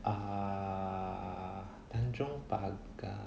a'ah tanjong pagar